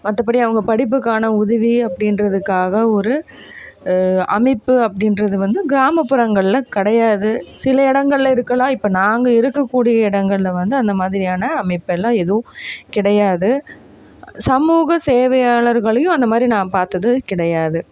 மற்றபடி அவங்க படிப்புக்கான உதவி அப்படீன்றதுக்காக ஒரு அமைப்பு அப்படீன்றது வந்து கிராமப்புறங்களில் கிடையாது சில இடங்கள்ல இருக்கலாம் இப்போ நாங்கள் இருக்கக்கூடிய இடங்களில் வந்து அந்தமாதிரியான அமைப்பெல்லாம் எதுவும் கிடையாது சமூக சேவையாளர்களையும் அந்தமாதிரி நான் பார்த்தது கிடையாது